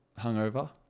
hungover